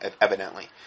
evidently